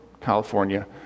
California